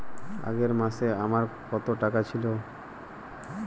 আগের মাসে আমার কত টাকা ছিল?